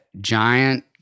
giant